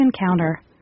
Encounter